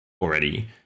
already